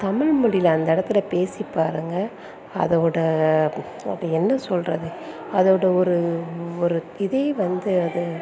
தமிழ்மொழியில அந்த இடத்துல பேசி பாருங்கள் அதோட அப்படி என்ன சொல்கிறது அதோட ஒரு ஒரு இதே வந்து அது